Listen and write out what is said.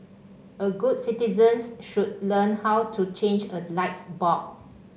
all good citizens should learn how to change a light bulb